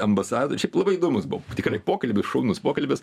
ambasada šiaip labai įdomus buvo tikrai pokalbis šaunus pokalbis